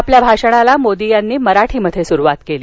आपल्या भाषणाला मोदी यांनी मराठीमध्ये सुरुवात केली